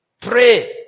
Pray